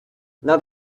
not